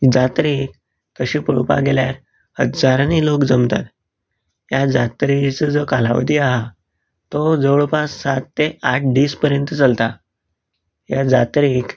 जात्रेक तशें पळोवपाक गेल्यार हजारांनी लोक जमतात ह्या जात्रेचो जो कालावधी आहा तो जवळपास सात ते आठ दीस पर्यंत चलता ह्या जात्रेक